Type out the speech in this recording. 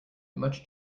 much